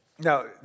Now